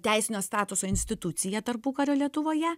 teisinio statuso institucija tarpukario lietuvoje